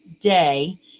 day